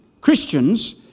Christians